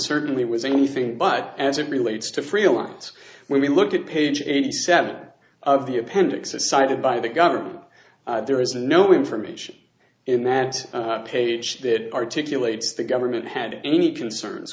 certainly was anything but as it relates to freelance when we look at page eighty seven of the appendix a cited by the government there is no information in that page that articulate the government had any concerns